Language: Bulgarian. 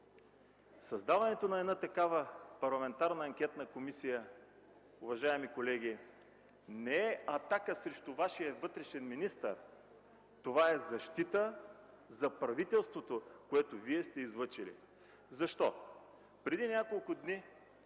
Създаването на такава парламентарна анкетна комисия, уважаеми колеги, не е атака срещу Вашия вътрешен министър, а е защита за правителството, което Вие сте излъчили. Защо? Преди няколко дни